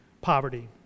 poverty